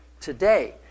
today